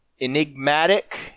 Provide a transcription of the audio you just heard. enigmatic